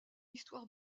histoire